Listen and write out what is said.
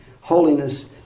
Holiness